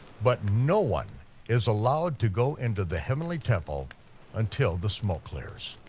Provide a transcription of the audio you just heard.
but no one is allowed to go into the heavenly temple until the smoke clears.